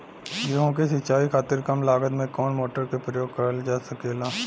गेहूँ के सिचाई खातीर कम लागत मे कवन मोटर के प्रयोग करल जा सकेला?